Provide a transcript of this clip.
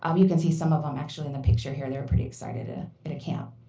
um you can see some of them actually in the picture here. they're pretty excited ah but at camp.